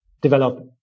develop